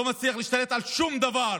לא מצליח להשתלט על שום דבר